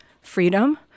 freedom